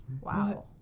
Wow